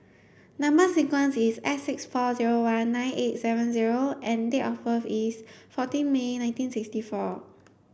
number sequence is S six four zero one nine eight seven zero and date of birth is fourteen May nineteen sixty four